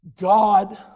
God